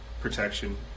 protection